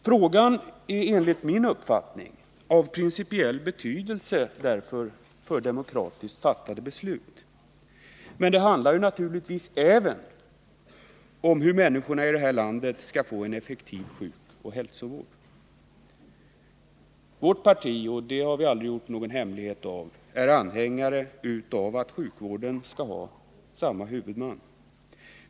Frågan är enligt min uppfattning av principiell betydelse för demokratiskt fattade beslut. Men det handlar naturligtvis även om hur människorna här i landet skall få en effektiv sjukoch hälsovård. Vårt parti är — det har vi aldrig gjort någon hemlighet av — anhängare av att sjukvården genomgående har samma huvudman.